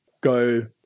go